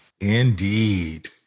Indeed